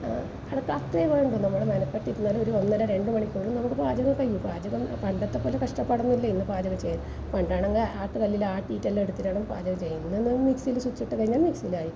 അവിടെ ഞാൻ അടുപ്പത്തിരുന്നാല് ഒന്നര രണ്ട് മണിക്കൂറ് നമ്മള് പാചകമൊക്കെ കഴിഞ്ഞു പാചകം പണ്ടത്തെപ്പോലെ കഷ്ടപ്പാടൊന്നും ഇല്ല ഇന്ന് പാചകം ചെയ്യാനായിട്ട് പണ്ടങ്ങനെ ആട്ടു കല്ലില് ആട്ടിയിട്ടെല്ലാം എടുത്തിട്ടാണ് പാചകം ചെയ്യുന്നത് ഇന്നാണെങ്കില് മിക്സീല് സ്വിച്ചിട്ട് കഴിഞ്ഞാൽ മിക്സിയിലായി